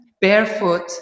barefoot